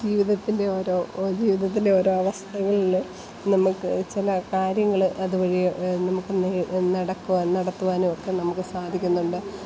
ജീവിതത്തിൻറ്റെ ഓരോ ജീവിതത്തിൻറ്റെ ഓരോ അവസ്ഥകളിൽ നമുക്ക് ചില കാര്യങ്ങൾ അതു വഴി നമുക്ക് നേ നടക്കുവാൻ നടത്തുവാൻ ഒക്കെ നമുക്ക് സാധിക്കുന്നുണ്ട്